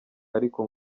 ariko